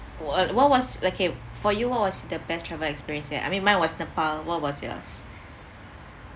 what what was okay for you what was the best travel experience ya I mean mine was nepal what about yours